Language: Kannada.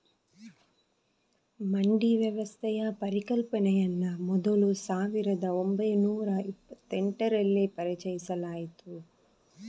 ಮಂಡಿ ವ್ಯವಸ್ಥೆಯ ಪರಿಕಲ್ಪನೆಯನ್ನ ಮೊದಲು ಸಾವಿರದ ಒಂಬೈನೂರ ಇಪ್ಪತೆಂಟರಲ್ಲಿ ಪರಿಚಯಿಸಲಾಯ್ತು